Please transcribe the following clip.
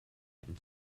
and